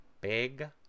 Big